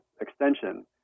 extension